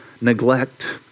neglect